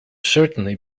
certainly